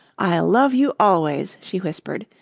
i'll love you always, she whispered,